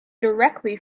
directly